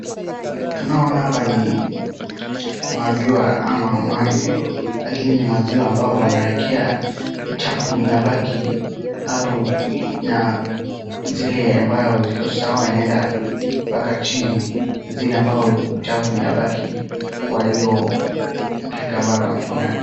Tunaona hapa ni maziwa ama maji lakini maziwa ambayo wanawekea uchafu inabaki hapo juu na zile ambayo iko sawa inaenda mpaka chini zile ambaye uchafu inabaki kwa hiyo mkeka iko kwa mkono yake.